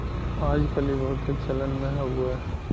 आज कल ई बहुते चलन मे हउवे